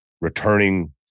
returning